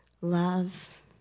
love